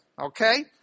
okay